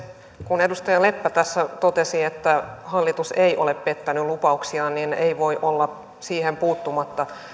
kun edustaja leppä tässä totesi että hallitus ei ole pettänyt lupauksiaan niin ei voi olla siihen puuttumatta